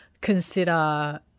consider